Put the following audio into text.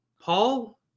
Paul